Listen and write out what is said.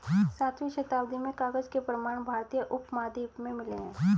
सातवीं शताब्दी में कागज के प्रमाण भारतीय उपमहाद्वीप में मिले हैं